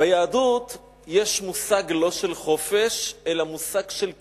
ביהדות יש מושג לא של חופש, אלא מושג של קדושה.